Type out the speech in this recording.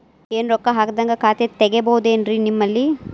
ಏನು ರೊಕ್ಕ ಹಾಕದ್ಹಂಗ ಖಾತೆ ತೆಗೇಬಹುದೇನ್ರಿ ನಿಮ್ಮಲ್ಲಿ?